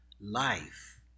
Life